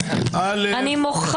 אם מישהו